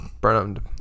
Burned